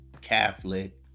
Catholic